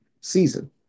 season